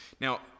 Now